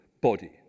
body